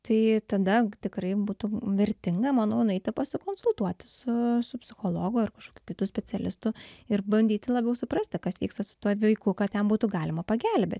tai tada tikrai būtų vertinga manau nueiti pasikonsultuoti su psichologu ar kažkokiu kitu specialistu ir bandyti labiau suprasti kas vyksta su tuo vaiku kad jam būtų galima pagelbėt